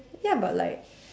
ya but like